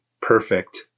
perfect